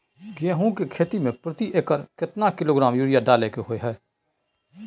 गेहूं के खेती में प्रति एकर केतना किलोग्राम यूरिया डालय के होय हय?